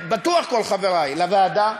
בטוח כל חברי לוועדה,